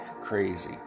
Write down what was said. crazy